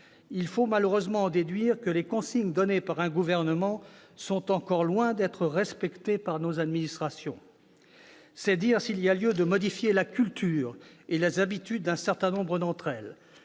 Il faut malheureusement en déduire que les consignes données par un gouvernement sont encore loin d'être respectées par nos administrations. C'est dire s'il y a lieu de modifier la culture et les habitudes d'un certain nombre d'entre elles.